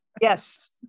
Yes